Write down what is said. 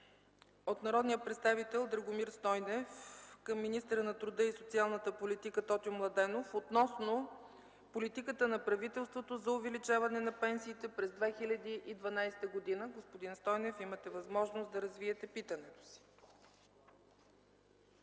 от народния представител Драгомир Стойнев към министъра на труда и социалната политика Тотю Младенов относно политиката на правителството за увеличаване на пенсиите през 2012 г. Господин Стойнев, имате възможност да развиете питането си.